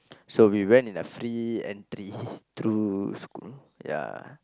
so we went in a free entry through school ya